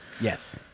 Yes